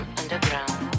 underground